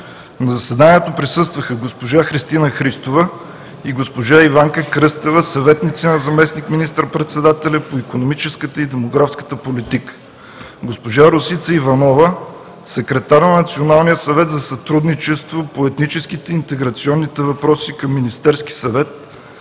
На заседанието присъстваха: госпожа Христина Христова и госпожа Иванка Кръстева – съветници на заместник министър-председателя по икономическата и демографската политика, госпожа Росица Иванова – секретар на Националния съвет за сътрудничество по етническите и интеграционните въпроси към Министерския съвет,